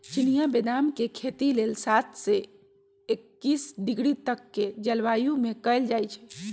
चिनियाँ बेदाम के खेती लेल सात से एकइस डिग्री तक के जलवायु में कएल जाइ छइ